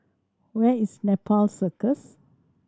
where is Nepal Circus